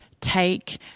take